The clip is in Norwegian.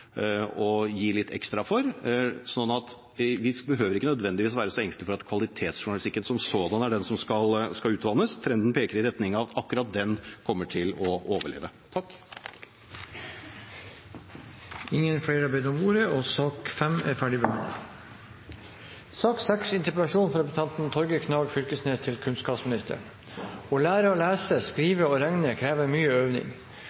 å gi litt ekstra for. Så vi behøver ikke nødvendigvis å være så engstelige for at kvalitetsjournalistikken som sådan skal utvannes – trenden peker i retning av at akkurat den kommer til å overleve. Flere har ikke bedt om ordet til sak